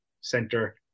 center